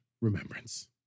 Remembrance